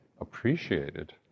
appreciated